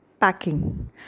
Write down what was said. packing